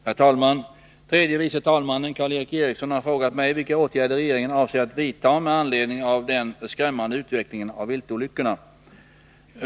Herr talman! Tredje vice talmannen Karl Erik Eriksson har frågat mig vilka åtgärder regeringen avser att vidta med anledning av den skrämmande utvecklingen av viltolyckorna.